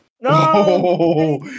No